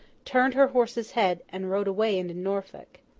turned her horse's head, and rode away into norfolk.